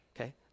okay